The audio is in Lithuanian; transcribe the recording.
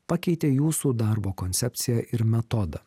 pakeitė jūsų darbo koncepciją ir metodą